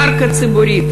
קרקע ציבורית,